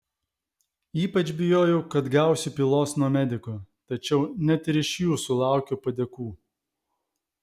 ypač bijojau kad gausiu pylos nuo medikų tačiau net ir iš jų sulaukiau padėkų